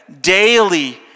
daily